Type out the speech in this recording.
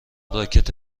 راکت